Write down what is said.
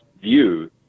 view